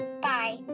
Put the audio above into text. Bye